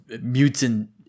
mutant